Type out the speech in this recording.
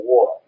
War